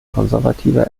konservative